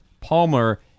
Palmer